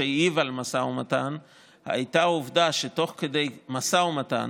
שהעיב על המשא ומתן היה העובדה שתוך כדי משא ומתן,